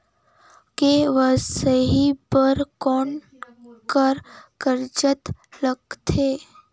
KYC बर कौन का कागजात लगथे?